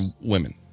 women